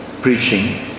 preaching